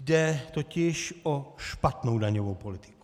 Jde totiž o špatnou daňovou politiku.